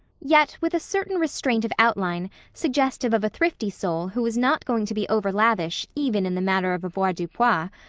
yet with a certain restraint of outline suggestive of a thrifty soul who is not going to be overlavish even in the matter of avoirdupois.